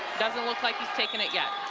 doesn't look like he's taking it yet.